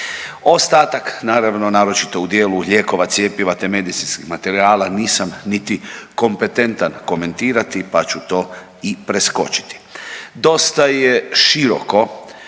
Ostatak naravno naročito u dijelu lijekova, cjepiva, te medicinskih materijala nisam niti kompetentan komentirati, pa ću to i preskočiti.